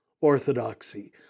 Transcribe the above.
orthodoxy